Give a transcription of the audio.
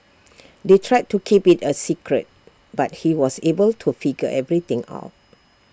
they tried to keep IT A secret but he was able to figure everything out